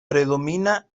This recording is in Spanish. predomina